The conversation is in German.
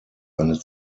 eine